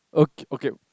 okay okay